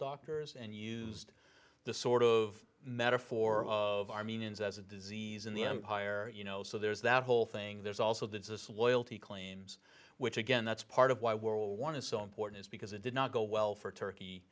doctors and used the sort of metaphor of armenians as a disease in the empire you know so there's that whole thing there's also the disloyalty claims which again that's part of why world one is so important is because it did not go well for turkey